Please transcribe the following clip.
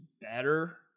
better